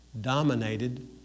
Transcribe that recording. dominated